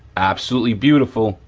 absolutely beautiful.